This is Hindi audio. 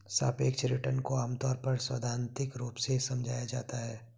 सापेक्ष रिटर्न को आमतौर पर सैद्धान्तिक रूप से समझाया जाता है